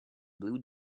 blue